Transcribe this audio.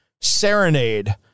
Serenade